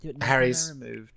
Harry's